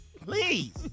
Please